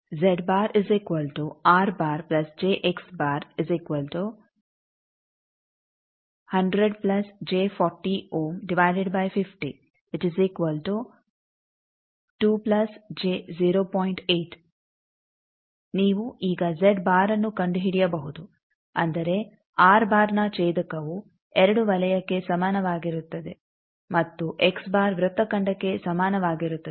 ಆದ್ದರಿಂದ ನೀವು ಈಗ ಅನ್ನು ಕಂಡುಹಿಡಿಯಬಹುದು ಅಂದರೆ ನ ಛೇದಕವು2 ವಲಯಕ್ಕೆ ಸಮನಾಗಿರುತ್ತದೆ ಮತ್ತು ವೃತ್ತಖಂಡಕ್ಕೆ ಸಮಾನವಾಗಿರುತ್ತದೆ